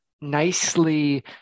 nicely